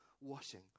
washing